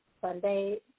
Sunday